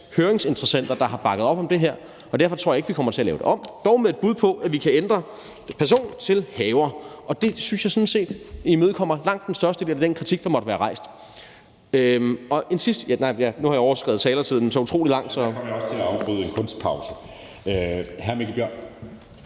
høringsinteressenter, der har bakket op om det her, og derfor tror jeg ikke, at vi kommer til at lave det om, dog med et bud på, at vi kan ændre »person« til »-haver«, og det synes jeg sådan set imødekommer langt den største del af den kritik, der måtte være rejst. Nu har jeg overskredet taletiden så utrolig langt ... Kl. 11:58 Anden